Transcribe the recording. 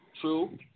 True